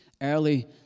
Early